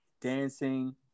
dancing